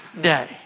day